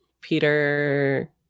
peter